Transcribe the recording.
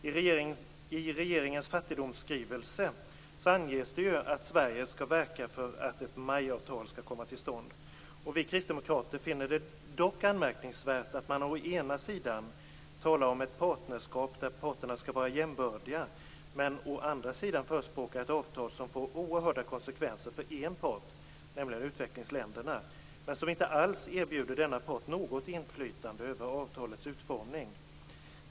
I regeringens fattigdomsskrivelse anges det ju att Sverige skall verka för att ett MAI-avtal skall komma till stånd. Vi kristdemokrater finner det dock anmärkningsvärt att man å ena sidan talar om ett partnerskap där parterna skall vara jämbördiga men å andra sidan förespråkar ett avtal som får oerhörda konsekvenser för en part, nämligen utvecklingsländerna, men som inte alls erbjuder denna part något inflytande över avtalets utformning.